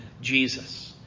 Jesus